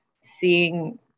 seeing